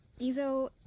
Izo